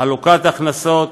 חלוקת הכנסות,